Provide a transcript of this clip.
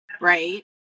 right